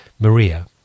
Maria